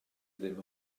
ddim